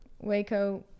Waco